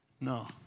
No